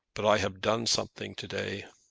but i have done something to-day.